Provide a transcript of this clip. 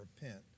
repent